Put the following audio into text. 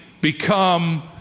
Become